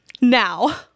now